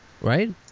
right